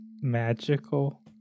magical